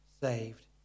saved